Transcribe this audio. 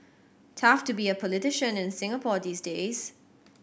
tough to be a politician in Singapore these days